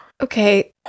Okay